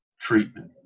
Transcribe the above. treatment